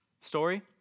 story